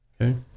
okay